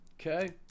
Okay